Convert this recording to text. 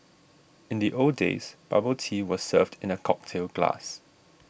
in the old days bubble tea was served in a cocktail glass